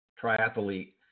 triathlete